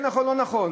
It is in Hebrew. כן נכון לא נכון,